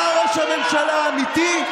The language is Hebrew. אתה ראש הממשלה האמיתי.